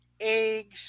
eggs